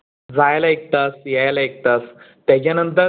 जायला एक तास यायला एक तास त्याच्यानंतर